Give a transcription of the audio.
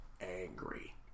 angry